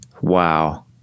Wow